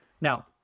Now